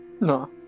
No